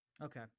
Okay